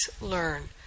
learn